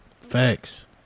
Facts